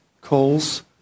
calls